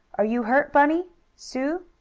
are you hurt, bunny sue?